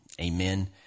Amen